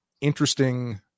interesting